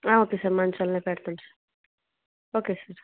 okay sir మంచి వారినే పెడతాం సార్ ఓకే సార్